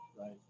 right